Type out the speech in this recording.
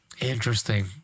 Interesting